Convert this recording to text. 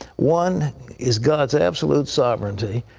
one is god's absolute sovereignty.